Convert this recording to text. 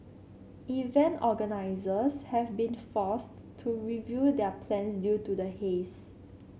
event organisers have been forced to review their plans due to the haze